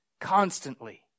constantly